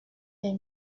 des